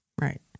Right